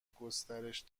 گسترش